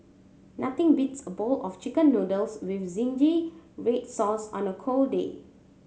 nothing beats a bowl of Chicken Noodles with zingy red sauce on a cold day